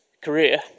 career